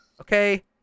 Okay